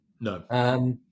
No